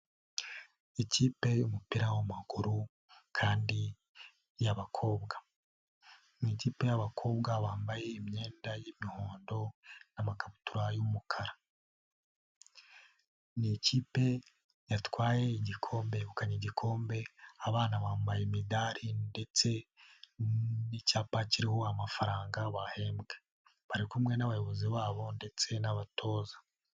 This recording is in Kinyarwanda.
Ikipe y'umupira w'amaguru kandi y'abakobwa. Mu ikipe y'abakobwa bambaye imyenda y'imihondo n'amakabutura y'umukara. Ni ikipe yatwaye igikombe yegukanye igikombe, abana bambaye imidari ndetse n'icyapa kiriho amafaranga bahembwe, bari kumwe n'abayobozi babo ndetse n'abatoza.